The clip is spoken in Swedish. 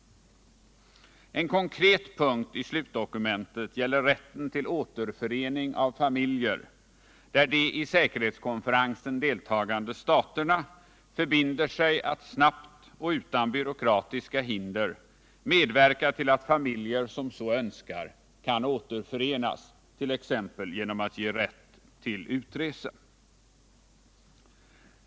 En konkret punkt i slutdokumentet gäller rätten till återförening av familjer, där de i säkerhetskonferensen deltagande staterna förbinder sig att snabbt och utan byråkratiska hinder samverka till att familjer som så önskar kan återförenas, t.ex. genom att ge utresetillstånd.